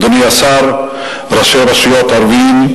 אדוני השר, ראשי רשויות ערבים,